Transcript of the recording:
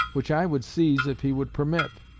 which i would seize if he would permit.